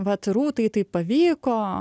vat rūtai tai pavyko